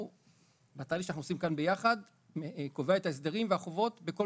בתהליך שאנחנו עושים כאן ביחד הוא קובע את ההסדרים והחובות בכל